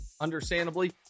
understandably